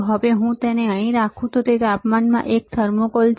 હવે જો હું તેને અહીં રાખું તો તે તાપમાનમાં છે આ એક થર્મોકોલ છે